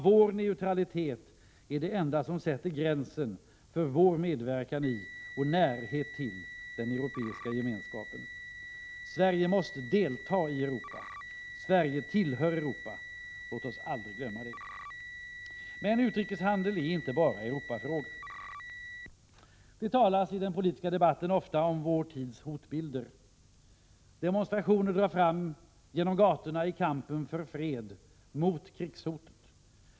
Vår neutralitet är det enda som sätter gränsen för vår medverkan i och närhet till den europeiska gemenskapen. Sverige måste delta i Europa. Sverige tillhör Europa. Låt oss aldrig glömma det. Utrikeshandel är emellertid inte bara Europafrågor. Det talas i den politiska debatten ofta om vår tids hotbilder. Demonstrationer drar fram genom gatorna i kampen för fred, mot krigshotet.